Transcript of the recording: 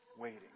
Waiting